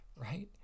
right